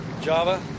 Java